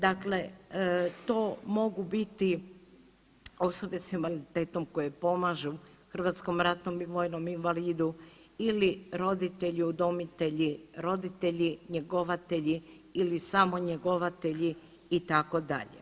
Dakle, to mogu biti osobe sa invaliditetom koje pomaže hrvatskom i ratnom vojnom invalidu ili roditelji udomitelji, roditelji njegovatelji ili samo njegovatelji itd.